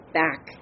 back